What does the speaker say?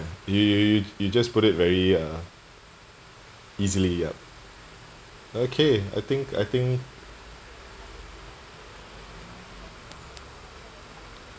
you you you you just put it very uh easily yup okay I think I think